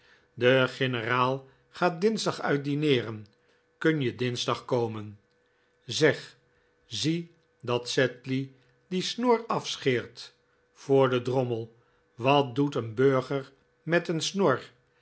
de generaal gaat dinsdag uit dineeren kun je dinsdag komen zeg zie dat sedley die snor afscheert voor den drommel wat doet een burger met een snor